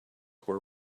were